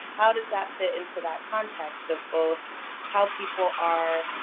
how does that fit into that context of both how people are